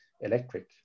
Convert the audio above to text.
electric